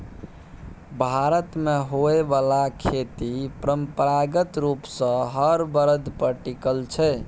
भारत मे होइ बाला खेती परंपरागत रूप सँ हर बरद पर टिकल छै